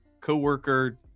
co-worker